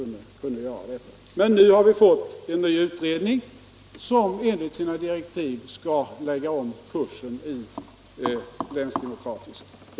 Nu har vi fått en ny utredning, som enligt sina direktiv skall lägga om kursen i länsdemokratisk riktning.